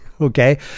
Okay